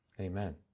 Amen